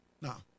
Now